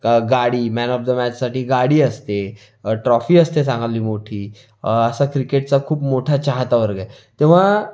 का गाडी man of the मॅचसाठी गाडी असते ट्रॉफी असते चांगली मोठी असा क्रिकेटचा खूप मोठा चाहता वर्ग आहे तेव्हा